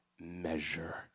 measure